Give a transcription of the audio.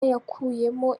yakuyemo